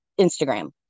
Instagram